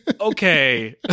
Okay